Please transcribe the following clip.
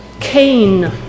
Cain